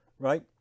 Right